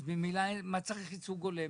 אז למה צריך ייצוג הולם?